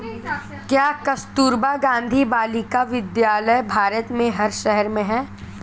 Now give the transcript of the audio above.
क्या कस्तूरबा गांधी बालिका विद्यालय भारत के हर शहर में है?